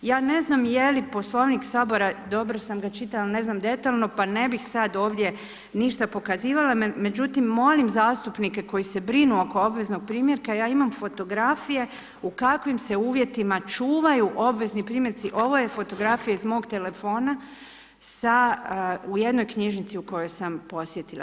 Ja ne znam je li poslovnik Sabora, dobro sam ga čitala, ne znam detaljno, pa ne bi sada ovdje ništa pokazivala međutim molim zastupnike koji se brinu oko obveznog primjerka, ja imam fotografije u kakvim se uvjetima čuvaju obvezni primjerci, ovo je fotografija iz mog telefona u jednoj knjižnici u kojoj sam posjetila.